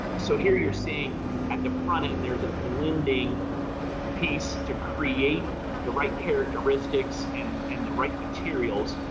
so here you're seeing at the front end, there's a blending piece to create the right characteristics and and the right materials.